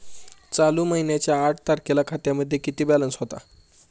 चालू महिन्याच्या आठ तारखेला खात्यामध्ये किती बॅलन्स होता?